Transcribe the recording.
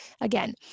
again